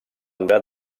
durar